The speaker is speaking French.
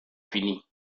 finis